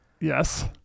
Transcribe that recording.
Yes